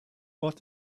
what